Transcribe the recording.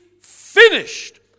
finished